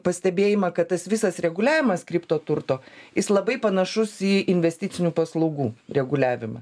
pastebėjimą kad tas visas reguliavimas kriptoturto jis labai panašus į investicinių paslaugų reguliavimą